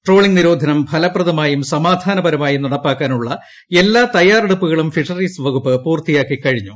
trawling നിരോധനം ഫലപ്രദമായും സമാധാനപരമായും നടപ്പാക്കാനുള്ള എല്ലാ തയ്യാറെടുപ്പുകളും ഫിഷറീസ് വകുപ്പ് പൂർത്തിയാക്കിക്കഴിഞ്ഞു